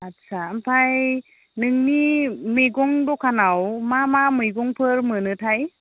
आटसा ओमफ्राय नोंनि मैगं दखानाव मा मा मैगंफोर मोनोथाय